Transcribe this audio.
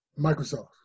Microsoft